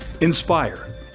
Inspire